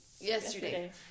yesterday